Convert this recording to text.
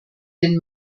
den